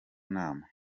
nama